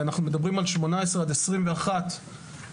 בשנים 2021-2018,